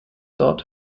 dort